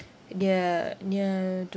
near~ near